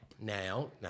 now